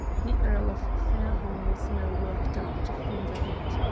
the earl of fairholme was now worked up to fever heat.